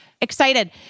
excited